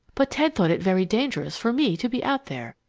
but ted thought it very dangerous for me to be out there,